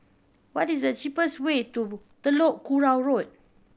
what is the cheapest way to Telok Kurau Road